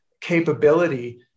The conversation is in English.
capability